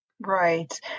Right